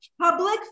public